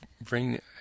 bring